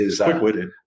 Quick-witted